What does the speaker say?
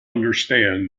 understand